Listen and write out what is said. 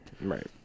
Right